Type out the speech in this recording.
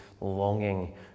longing